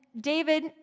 David